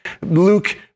Luke